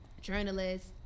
journalists